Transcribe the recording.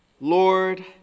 Lord